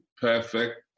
perfect